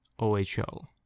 OHL